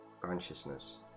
consciousness